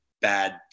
bad